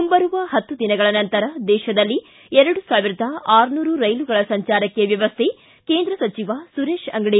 ಮುಂಬರುವ ಹತ್ತು ದಿನಗಳ ನಂತರ ದೇಶದಲ್ಲಿ ಎರಡು ಸಾವಿರದ ಆರು ನೂರು ರೈಲುಗಳ ಸಂಚಾರಕ್ಕೆ ವ್ಯವಸ್ಟೆ ಕೇಂದ್ರ ಸಚಿವ ಸುರೇಶ ಅಂಗಡಿ